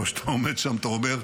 אבל כשאתה עומד שם אתה אומר: